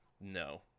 No